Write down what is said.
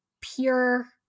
pure